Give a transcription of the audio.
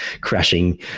crashing